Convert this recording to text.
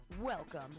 Welcome